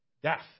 Death